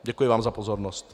Děkuji vám za pozornost.